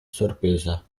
sorpresa